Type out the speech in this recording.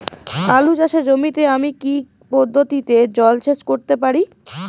আলু চাষে জমিতে আমি কী পদ্ধতিতে জলসেচ করতে পারি?